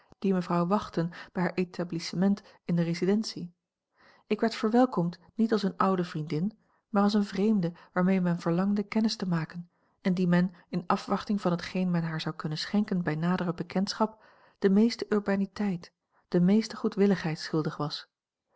die mevrouw wachtten bij haar etablissement in de residentie ik werd verwelkomd niet als eene oude vriendin maar als eene vreemde waarmee men verlangde kennis te maken en die men in afwachting van hetgeen men haar zou kunnen schenken bij nadere bekendschap de meeste urbaniteit de meeste goedwilligheid schuldig was